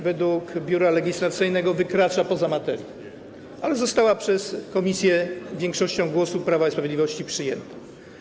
Według Biura Legislacyjnego wykracza ona poza materię, ale została przez komisję większością głosów Prawa i Sprawiedliwości przyjęta.